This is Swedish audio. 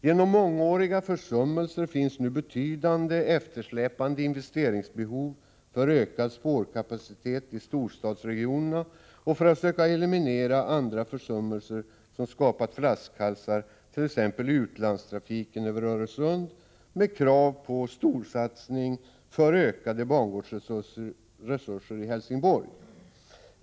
Genom mångåriga försummelser finns nu betydande eftersläpande investeringsbehov för att skapa ökad spårkapacitet i storstadsregionerna och för att söka eliminera andra försummelser som skapat flaskhalsar, t.ex. i utlandstrafiken över Öresund, som medfört krav på storsatsning för ökade barngårdsresurser i Helsingborg.